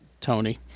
Tony